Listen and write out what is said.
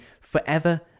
forever